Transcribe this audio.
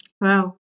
Wow